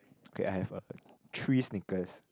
okay I have uh three sneakers